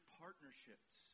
partnerships